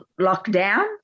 lockdown